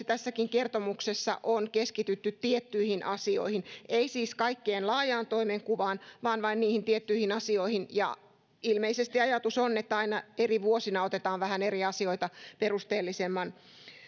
tässäkin kertomuksessa on keskitytty tiettyihin asioihin ei siis koko laajaan toimenkuvaan vaan vain tiettyihin asioihin ja ilmeisesti ajatus on että aina eri vuosina otetaan vähän eri asioita perusteellisemman